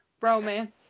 Romance